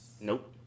Nope